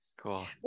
Cool